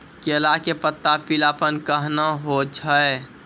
केला के पत्ता पीलापन कहना हो छै?